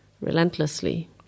relentlessly